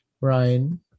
ryan